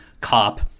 cop